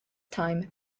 time